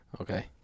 Okay